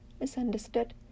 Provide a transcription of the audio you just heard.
misunderstood